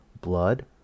blood